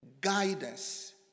guidance